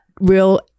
real